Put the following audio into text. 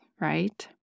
right